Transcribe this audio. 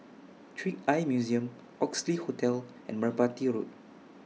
Trick Eye Museum Oxley Hotel and Merpati Road